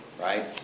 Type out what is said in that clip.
right